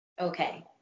Okay